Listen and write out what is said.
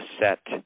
set